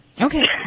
Okay